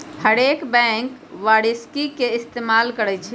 हरेक बैंक वारषिकी के इस्तेमाल करई छई